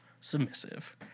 submissive